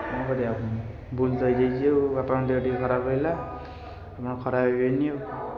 କ'ଣ କରିବା ଭୁଲ ତ ହେଇଯାଇଛି ବାପାଙ୍କ ଦେହ ଟିକିଏ ଖରାପ ରହିଲା ଆପଣ ଖରାପ ଭାବିବେନି ଆଉ